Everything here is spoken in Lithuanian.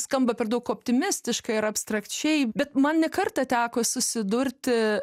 skamba per daug optimistiška ir abstrakčiai bet man ne kartą teko susidurti